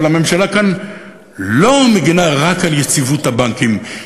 אבל הממשלה כאן לא מגינה רק על יציבות הבנקים,